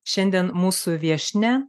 šiandien mūsų viešnia